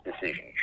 decision